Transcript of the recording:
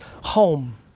home